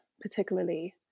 particularly